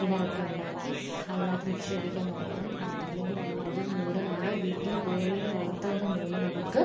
കിണറൊക്കെ ഉണ്ടാക്കി അതിനകത്ത് നിക്ഷേപിക്കാൻ നോക്കണം അല്ലെങ്കിൽ നമ്മളതു മൂലം നമ്മൾ വീട്ടിൽ കോഴിയുടെ വളർത്തലിന് മൂലം നമുക്ക്